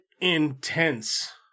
intense